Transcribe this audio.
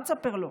מה תספר לו?